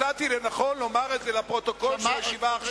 מצאתי לנכון לומר את זה לפרוטוקול של הישיבה עכשיו.